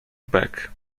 bek